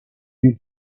you